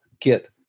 get